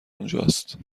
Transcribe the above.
اونجاست